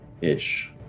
Ish